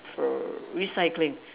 for recycling